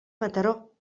mataró